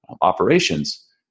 Operations